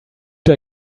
der